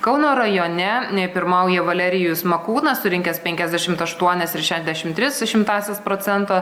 kauno rajone pirmauja valerijus makūnas surinkęs penkiasdešimt aštuonis ir šešiasdešimt tris šimtąsias procento